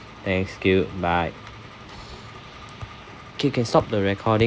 thanks you bye K can stop the recording